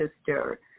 sister